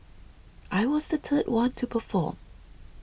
I was the third one to perform